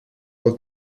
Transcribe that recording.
pel